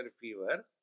fever